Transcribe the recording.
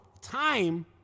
time